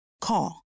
Call